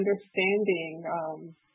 understanding